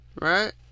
Right